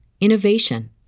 innovation